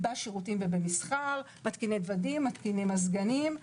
בשירותים ובמסחר מתקיני דוודים ומתקיני מזגנים,